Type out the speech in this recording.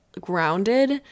grounded